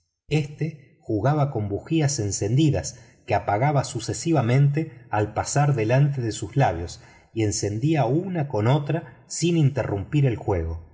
este jugaba con bujías encendidas que apagaba sucesivamente al pasar delante de sus labios y encendía una con otra sin interrumpir el juego